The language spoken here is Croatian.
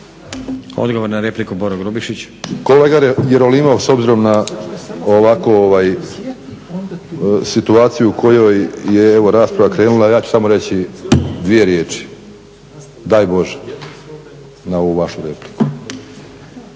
**Grubišić, Boro (HDSSB)** Kolega Jerolimov, s obzirom na ovakvu situaciju u kojoj je evo rasprava krenula, ja ću samo reći dvije riječi, daj Bože na ovu vašu repliku.